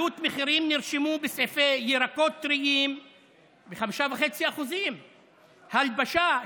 עליות מחירים נרשמו בסעיפי ירקות טריים ב-5.5%; הלבשה,